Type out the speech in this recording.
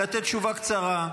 לתת תשובה קצרה.